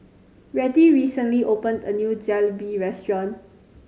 Rettie recently opened a new Jalebi Restaurant